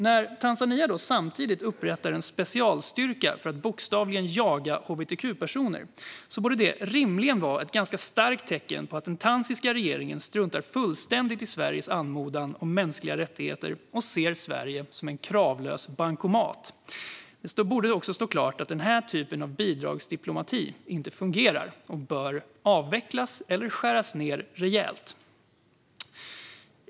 När Tanzania då samtidigt upprättar en specialstyrka för att bokstavligen jaga hbtq-personer borde detta rimligen vara ett ganska starkt tecken på att den tanzaniska regeringen struntar fullständigt i Sveriges anmodan om mänskliga rättigheter och ser Sverige som en kravlös bankomat. Det borde också stå klart att denna typ av bidragsdiplomati inte fungerar och bör avvecklas eller skäras ned rejält.